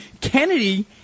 Kennedy